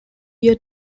year